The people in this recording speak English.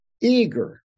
eager